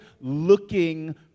looking